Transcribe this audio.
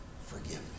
forgive